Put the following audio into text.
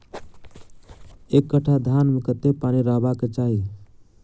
एक कट्ठा धान मे कत्ते पानि रहबाक चाहि?